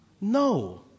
No